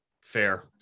Fair